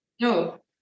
No